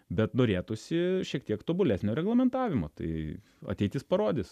bet norėtųsi šiek tiek tobulesnio reglamentavimo tai ateitis parodys